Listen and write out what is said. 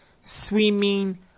Swimming